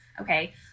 Okay